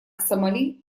сомали